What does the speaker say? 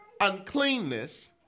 uncleanness